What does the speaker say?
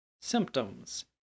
Symptoms